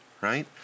right